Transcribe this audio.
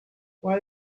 why